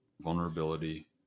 vulnerability